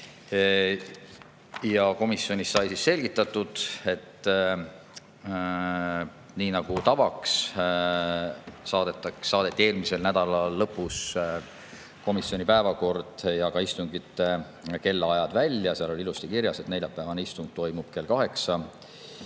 8. Komisjonis sai selgitatud, et nii nagu tavaks, saadeti eelmise nädala lõpus komisjoni päevakord ja istungite kellaajad välja. Seal oli ilusti kirjas, et neljapäevane istung toimub kell 8, see